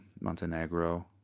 Montenegro